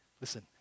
Listen